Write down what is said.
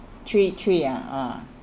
three three ah ah